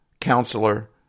Counselor